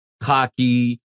cocky